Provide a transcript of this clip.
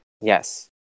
Yes